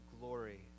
glory